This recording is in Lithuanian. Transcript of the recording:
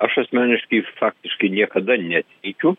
aš asmeniškai faktiškai niekada neteikiu